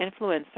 influencer